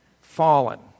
fallen